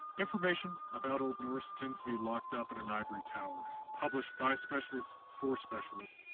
information about old norse tends to be locked up in an ivory tower, published by specialists, for specialists.